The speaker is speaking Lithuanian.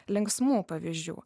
linksmų pavyzdžių